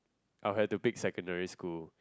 I'll had to pick secondary school